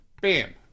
Bam